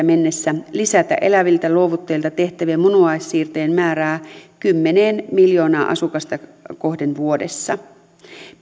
mennessä lisätä eläviltä luovuttajilta tehtävien munuaissiirtojen määrää kymmeneen miljoonaa asukasta kohden vuodessa